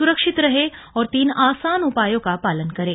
सुरक्षित रहें और तीन आसान उपायों का पालन करें